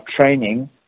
training